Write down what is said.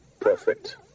Perfect